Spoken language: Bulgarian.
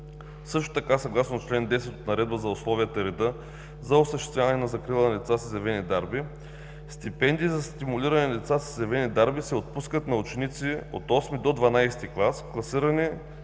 Също така съгласно чл. 10 от Наредбата за условията и реда за осъществяване на закрила на деца с изявени дарби, стипендии за стимулиране на деца с изявени дарби се отпускат на ученици от VIII до ХII клас, класирани